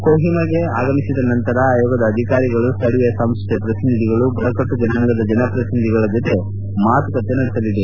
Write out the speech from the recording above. ಕೊಹಿಮಾಗೆ ಆಗಮಿಸಿದ ನಂತರ ಆಯೋಗದ ಅಧಿಕಾರಿಗಳು ಸ್ಲಳೀಯ ಸಂಸ್ಲೆ ಪ್ರತಿನಿಧಿಗಳು ಬುಡಕಟ್ಟು ಜನಾಂಗದ ಪ್ರತಿನಿಧಿಗಳ ಜತೆ ಮಾತುಕತೆ ನಡೆಸಲಿದ್ದಾರೆ